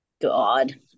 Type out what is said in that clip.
God